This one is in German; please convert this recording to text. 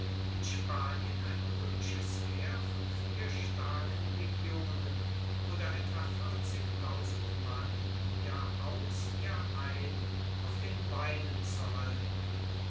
in spanien ein roemisches heer von vier starken legionen oder etwa mann jahr aus jahr ein auf den beinen zu halten